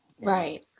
Right